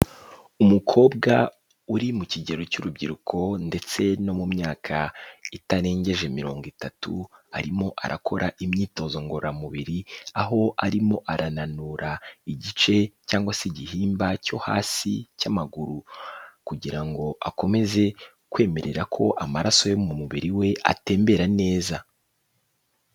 Umukobwa uri mu kigero cy'urubyiruko ndetse no mu myaka itarengeje mirongo itatu, arimo arakora imyitozo ngororamubiri aho arimo arananura igice cyangwa se igihimba cyo hasi cy'amaguru kugira ngo akomeze kwemerera ko amaraso yo mu mubiri we atembera neza.